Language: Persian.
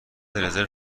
رزرو